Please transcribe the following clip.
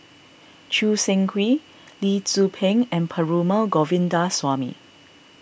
Choo Seng Quee Lee Tzu Pheng and Perumal Govindaswamy